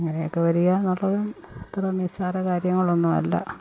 അങ്ങനെ ഒക്കെ വരുക എന്നുള്ളത് അത്ര നിസാര കാര്യങ്ങളൊന്നുമല്ല